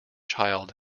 child